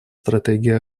стратегии